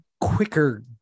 quicker